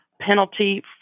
penalty